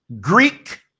Greek